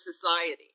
society